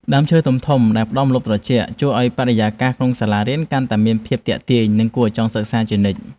ដើមឈើធំៗដែលផ្តល់ម្លប់ត្រជាក់ជួយឱ្យបរិយាកាសក្នុងសាលារៀនកាន់តែមានភាពទាក់ទាញ និងគួរឱ្យចង់សិក្សាជានិច្ច។